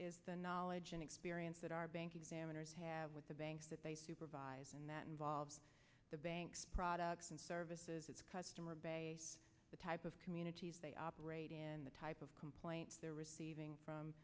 is the knowledge and experience that our bank examiners have with the banks that they supervise and that involves the banks products and services its customer base the type of communities they operate in the type of complaint they're receiving from